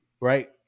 right